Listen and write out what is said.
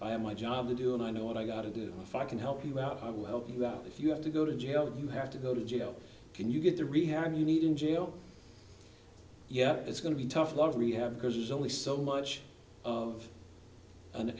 doing my job to do and i know what i got to do if i can help you out how to help you out if you have to go to jail you have to go to jail can you get the rehab you need in jail yeah it's going to be tough love rehab because there's only so much of an